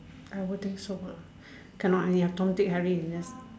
I won't think so ah cannot I need a Tom Dick Harry in this